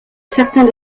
certains